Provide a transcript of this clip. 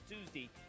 Tuesday